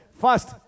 First